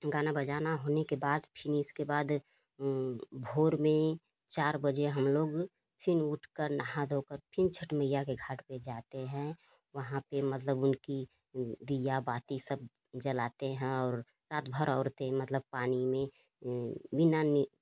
गाना बजाना होने के बाद फिर इसके बाद भोर में चार बजे हम लोग फिर उठ कर नहा धो कर फिर छत्त मैया के घाट पर जाते हैं वहाँ पर मतलब उनके दीया बाती सब जलाते हैं और रात भर औरतें मतलब पानी में बिना